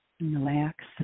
Relax